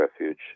Refuge